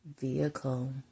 vehicle